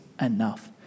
enough